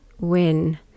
win